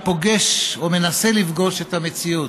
הפוגש, או מנסה לפגוש, את המציאות.